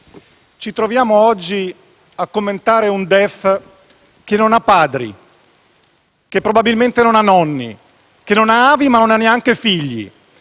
ci troviamo oggi a commentare un DEF che non ha padri, che probabilmente non ha nonni, che non ha avi ma che non ha neanche figli.